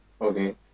Okay